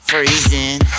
Freezing